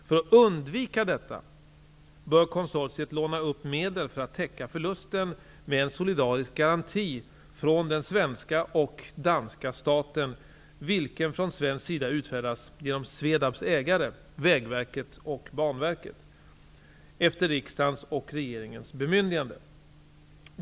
För att undvika detta bör konsortiet låna upp medel för att täcka förlusten med en solidarisk garanti från den svenska och danska staten vilken från svensk sida utfärdas genom SVEDAB:s ägare, Vägverket och Banverket, efter riksdagens och regeringens bemyndigande.